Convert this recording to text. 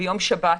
ביום שבת,